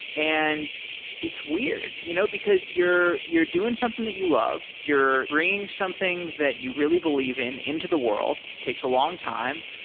and it's weird, you know because you're you're doing something that you love. you're bringing that you really believe in into the world. takes a long time,